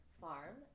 farm